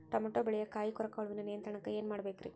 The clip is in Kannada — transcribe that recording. ಟಮಾಟೋ ಬೆಳೆಯ ಕಾಯಿ ಕೊರಕ ಹುಳುವಿನ ನಿಯಂತ್ರಣಕ್ಕ ಏನ್ ಮಾಡಬೇಕ್ರಿ?